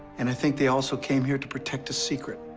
and i think they also came here to protect a secret.